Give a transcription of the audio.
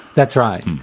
that's right.